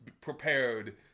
prepared